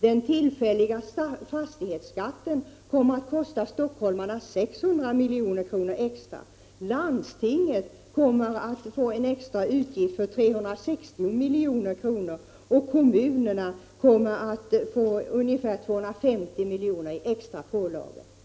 Den tillfälliga fastighetsskatten kommer att kosta stockholmarna 600 milj.kr. extra. Stockholms läns landsting kommer att få en extra utgift på 360 milj.kr., och kommunerna kommer att få ungefär 250 milj.kr. i extra pålagor.